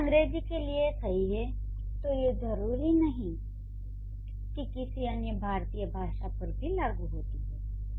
अगर ये अंग्रेजी के लिए सही हैं तो ये जरूरी नहीं कि किसी अन्य भारतीय भाषा पर भी लागू होती हों